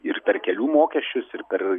ir per kelių mokesčius ir per